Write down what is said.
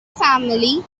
family